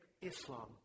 Islam